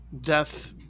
death